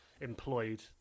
employed